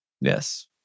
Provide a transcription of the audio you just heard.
Yes